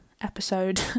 episode